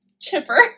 chipper